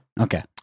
Okay